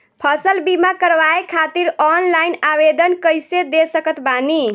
फसल बीमा करवाए खातिर ऑनलाइन आवेदन कइसे दे सकत बानी?